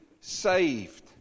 saved